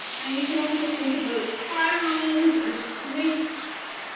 and we can also think about spirals, or snakes,